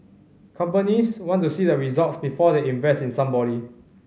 companies want to see the results before they invest in somebody